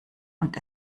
und